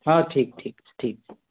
हँ ठीक ठीक ठीक